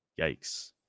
Yikes